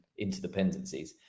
interdependencies